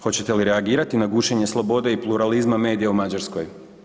Hoćete li reagirati na gušenje slobode i pluralizma medija u Mađarskoj?